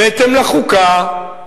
בהתאם לחוקה,